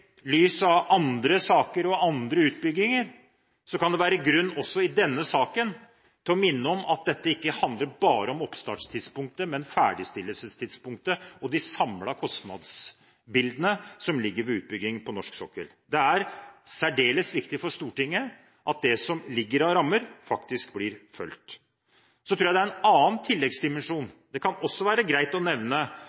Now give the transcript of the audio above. andre utbygginger kan det være grunn også i denne saken til å minne om at dette ikke handler bare om oppstartstidspunktet, men om ferdigstillelsestidspunktet og de samlede kostnadsbildene ved utbygging på norsk sokkel. Det er særdeles viktig for Stortinget at det som ligger av rammer, faktisk blir fulgt. Så tror jeg det er en annen tilleggsdimensjon